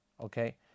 okay